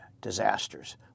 disasters